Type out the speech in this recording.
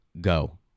Go